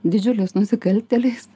didžiuliais nusikaltėliais